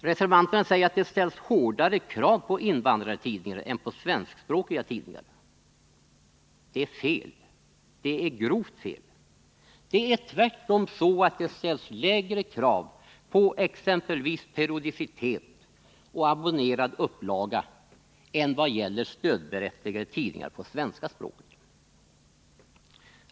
Reservanterna säger att det ställs hårdare krav på invandrartidningar än på svenskspråkiga tidningar. Detta är fel. Det är grovt fel. Tvärtom ställs det lägre krav på exempelvis periodicitet och abonnerad upplaga än vad gäller stödberättigade tidningar på svenska språket.